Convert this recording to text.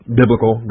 biblical